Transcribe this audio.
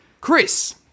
Chris